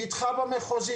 נדחה במחוזית,